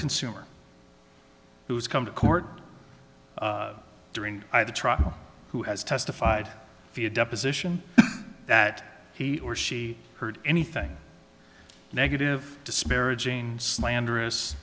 consumer who has come to court during the trial who has testified via deposition that he or she heard anything negative disparaging slanderous